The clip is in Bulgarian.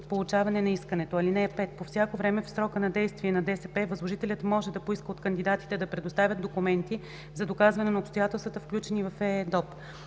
от получаване на искането. (5) По всяко време в срока на действие на ДСП възложителят може да поиска от кандидатите да представят документи за доказване на обстоятелствата, включени в ЕЕДОП.